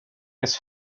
ist